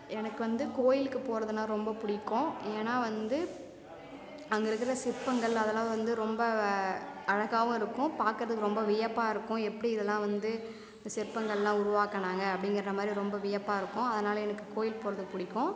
எனக்கு வந்து கோயிலுக்கு போகறதுன்னா ரொம்ப பிடிக்கும் ஏன்னா வந்து அங்கே இருக்கிற சிற்பங்கள் அதெல்லாம் வந்து ரொம்ப அழகாகவும் இருக்கும் பார்க்கறதுக்கு ரொம்ப வியப்பாக இருக்கும் எப்படி இதெல்லாம் வந்து சிற்பங்கள்லாம் உருவாக்குனாங்க அப்டிங்கிற மாரி ரொம்ப வியப்பாக இருக்கும் அதனால் எனக்கு கோயில் போகறது பிடிக்கும்